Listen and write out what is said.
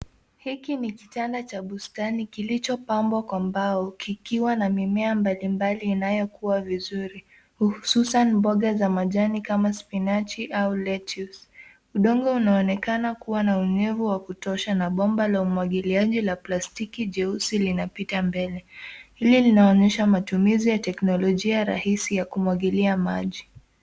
Hiki ni kitanda cha bustani kilichopambwa kwa mbao, kikiwa na mimea mbalimbali inayokua vizuri; hususan mboga za majani kama spinachi au lettuce . Udongo unaonekana kuwa na unyevu wa kutosha na bomba la umwagiliaji la plastiki jeusi linapita mbele. Hili linaonyesha matumizi ya teknolojia rahisi ya kumwagilia maji.